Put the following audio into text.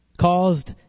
caused